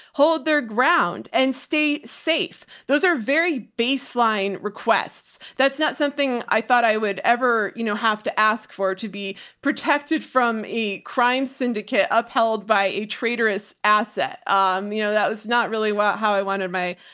hold their ground and stay safe. those are very baseline requests. that's not something something i thought i would ever you know have to ask for it to be protected from a crime syndicate upheld by a traitorous asset. um, you know, that was not really wow how i wanted my,